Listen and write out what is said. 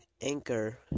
Anchor